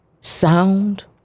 sound